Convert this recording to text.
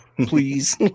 please